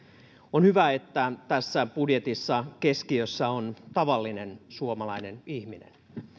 on hyvä että tässä budjetissa keskiössä on tavallinen suomalainen ihminen